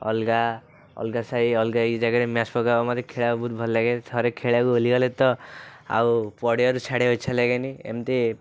ଅଲଗା ଅଲଗା ସାହି ଅଲଗା ଜାଗାରେ ମୋତେ ଖେଳିବାକୁ ବହୁତ ଭଲ ଲାଗେ ଥରେ ଖେଳିବାକୁ ବୁଲିଗଲେ ତ ଆଉ ପଡ଼ିଆରୁ ଛାଡ଼ିବାକୁ ଇଚ୍ଛା ଲାଗେନି ଏମିତି